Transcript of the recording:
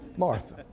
Martha